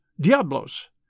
Diablos